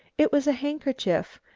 it was a handkerchief,